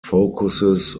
focuses